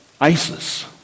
ISIS